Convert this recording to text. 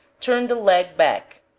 turn the leg back,